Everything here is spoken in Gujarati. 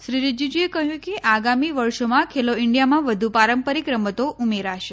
શ્રી રીજીજુએ કહ્યું કે આગામી વર્ષોમાં ખેલો ઈન્ડિયામાં વધુ પારંપરીક રમતો ઉમેરાશે